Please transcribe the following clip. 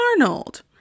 Arnold